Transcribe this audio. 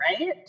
right